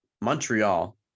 Montreal